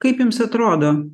kaip jums atrodo